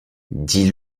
dis